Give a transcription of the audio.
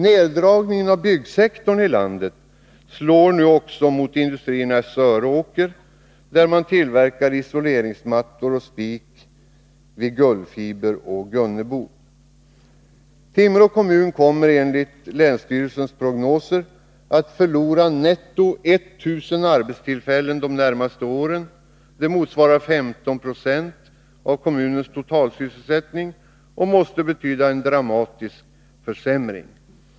Nerdragningen av byggsektorn i landet slår nu också mot industrierna i Söråker, där man tillverkar isoleringsmattor och spik vid Gullfiber och Gunnebo. Timrå kommun kommer enligt länsstyrelsens prognoser att förlora netto 1 000 arbetstillfällen de närmaste åren. Det motsvarar 15 96 av kommunens totalsysselsättning och måste betyda en dramatisk försämring.